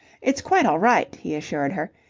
it's quite all right, he assured her.